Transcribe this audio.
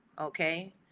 Okay